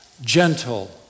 gentle